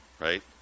right